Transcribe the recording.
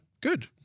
good